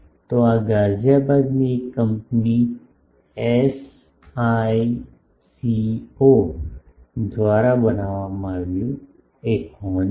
તો આ ગાઝિયાબાદની એક કંપની એસઆઈસીઓ દ્વારા બનાવવામાં આવેલું એક હોર્ન છે